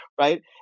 right